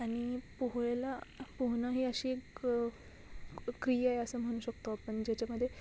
आणि पोह्याला पोहणं ही अशी एक क्रिया असं म्हणू शकतो आपण ज्याच्यामध्ये